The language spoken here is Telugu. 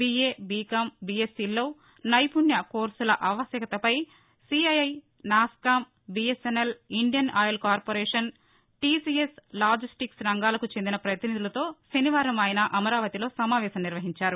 బీఏ బీకాం బీఎస్సీల్లో నైపుణ్య కోర్సుల ఆవశ్యకతపై CII NASSCOM BSNL Indian Oil Corporation TCS logistics రంగాలకు చెందిన పతినిధులతో శనివారం ఆయన అమరావతిలో సమావేశం నిర్వహించారు